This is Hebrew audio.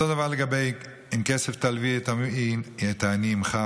אותו הדבר לגבי "אם כסף תַּלוה את עמי את העני עמך",